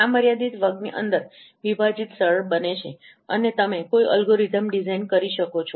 આ મર્યાદિત વર્ગની અંદર વિભાજિત સરળ બને છે અને તમે કોઈ અલ્ગોરિધમ ડિઝાઇન કરી શકો છો